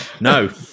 No